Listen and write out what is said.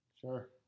Sure